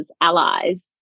allies